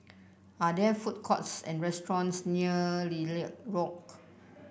are there food courts and restaurants near Lilac Walk